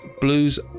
Blues